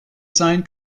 sein